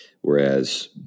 whereas